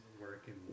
working